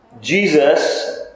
Jesus